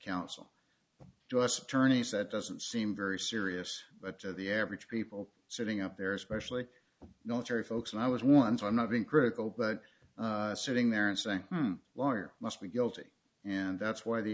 counsel to us attorneys that doesn't seem very serious but to the average people sitting up there especially military folks and i was once i'm not being critical but sitting there and saying lawyer must be guilty and that's why the